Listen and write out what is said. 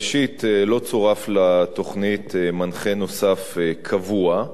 ראשית, לא צורף לתוכנית מנחה נוסף קבוע.